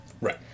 Right